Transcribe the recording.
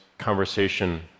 conversation